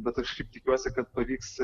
bet aš kaip tikiuosi kad pavyks